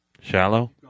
Shallow